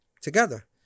together